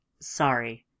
Sorry